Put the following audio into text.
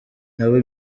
nawe